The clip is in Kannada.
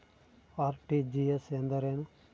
ಆರ್.ಟಿ.ಜಿ.ಎಸ್ ಎಂದರೇನು?